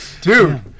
dude